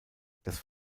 das